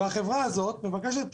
והחברה הזאת מבקשת פטור.